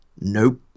Nope